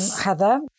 Heather